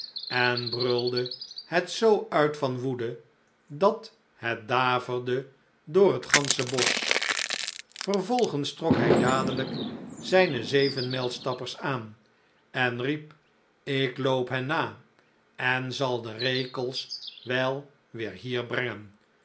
en brulde het zoo uit van woede dat het daverde door het gansche bosch vervolgens trok hij dadelijk zijne zevenmijlstappers aan en riep ik loop hen na en zal de rekels wel weer hier brengen